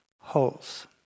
holes